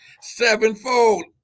Sevenfold